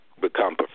become